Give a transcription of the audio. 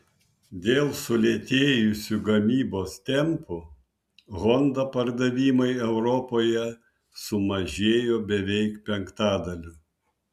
dėl sulėtėjusių gamybos tempų honda pardavimai europoje sumažėjo beveik penktadaliu